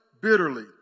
bitterly